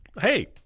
hey